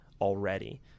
already